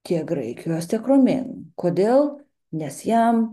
tiek graikijos tiek romėnų kodėl nes jam